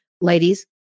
ladies